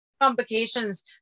complications